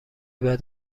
بعد